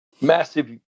Massive